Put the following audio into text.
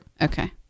Okay